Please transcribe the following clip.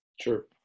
Sure